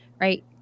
right